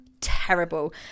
terrible